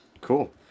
Cool